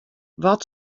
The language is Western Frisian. wat